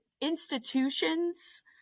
institutions